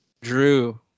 Drew